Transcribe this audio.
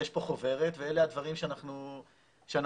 יש פה חוברת ואלה הדברים שאנחנו עושים.